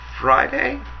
Friday